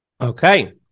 Okay